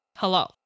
Hello